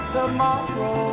tomorrow